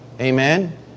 Amen